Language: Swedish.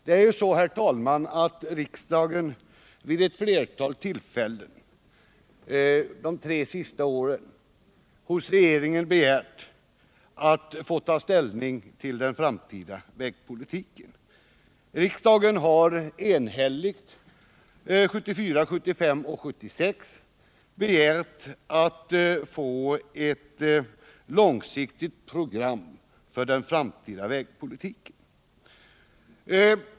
Det är ju så, herr talman, att riksdagen vid ett flertal tillfällen under de tre senaste åren hos regeringen begärt att få ta ställning till den framtida vägpolitiken. Riksdagen har enhälligt 1974, 1975 och 1976 begärt att få ett långsiktigt program för den framtida vägpolitiken.